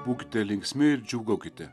būkite linksmi ir džiūgaukite